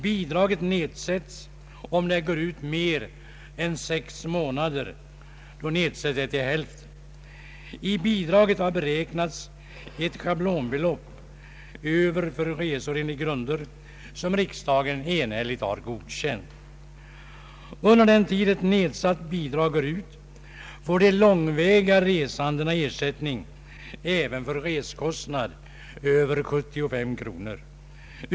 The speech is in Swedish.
Bidraget nedsätts till hälften, om det utgår mer än sex månader. I bidraget har beräknats ett schablonbelopp även för resor enligt grunder som riksdagen enhälligt har godtagit. Under den tid ett nedsatt bidrag utgår får de långväga resandena ersättning även för resekostnad över 75 kronor.